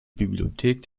bibliothek